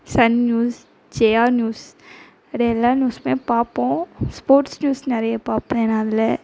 Sun News Jaya news வேற எல்லா நியூஸ்மே பார்ப்போம் ஸ்போர்ட்ஸ் நியூஸ் நிறைய பார்ப்பேன் நான் அதில்